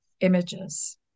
images